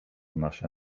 nasze